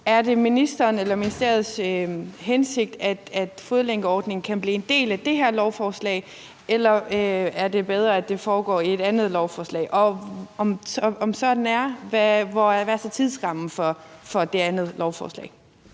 eller ministeriets hensigt, at fodlænkeordningen kan blive en del af det her lovforslag, eller er det bedre, at det foregår i et andet lovforslag, og hvis det er sådan, hvad er så tidsrammen for det andet lovforslag?